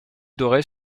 dorés